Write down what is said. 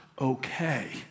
okay